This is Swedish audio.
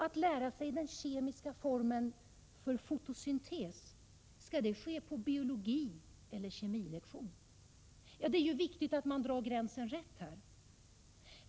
Att lära sig den kemiska formeln för fotosyntes, skall det ske på en biologieller kemilektion? Det är ju viktigt att dra gränsen rätt!